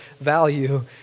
value